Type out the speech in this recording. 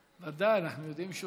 ודאי, אנחנו יודעים שהוא